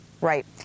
Right